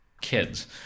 kids